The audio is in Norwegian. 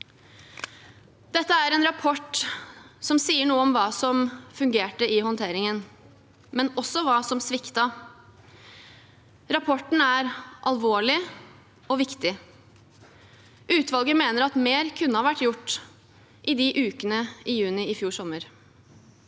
Dette er en rapport som sier noe om hva som fungerte i håndteringen, men også hva som sviktet. Rapporten er alvorlig og viktig. Utvalget mener at mer kunne vært gjort i de ukene i juni i fjor sommer.